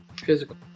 Physical